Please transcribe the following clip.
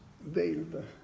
Veiled